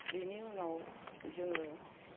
बिनि उनाव जोङो